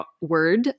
word